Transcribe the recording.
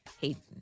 Hayden